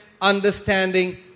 understanding